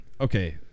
Okay